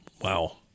Wow